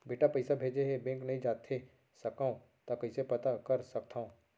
बेटा पइसा भेजे हे, बैंक नई जाथे सकंव त कइसे पता कर सकथव?